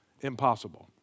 impossible